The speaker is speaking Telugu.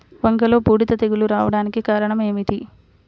వంగలో బూడిద తెగులు రావడానికి కారణం ఏమిటి?